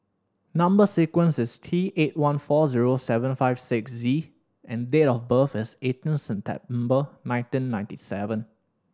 number sequence is T eight one four zero seven five six Z and date of birth is eighteen September nineteen ninety seven